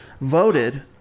voted